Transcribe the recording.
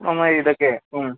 നന്നായി ഇതൊക്കെ